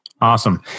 Awesome